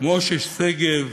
משה שגב,